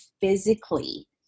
physically